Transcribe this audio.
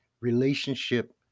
relationship